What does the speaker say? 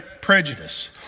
prejudice